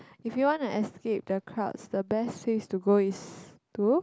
if you wanna escape the crowds the best place to go is to